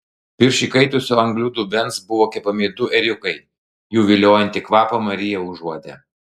virš įkaitusio anglių dubens buvo kepami du ėriukai jų viliojantį kvapą marija užuodė